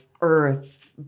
Earth